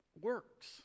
works